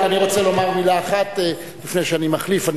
אני רק רוצה לומר מלה אחת לפני שאני מתחלף.